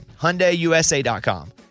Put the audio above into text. HyundaiUSA.com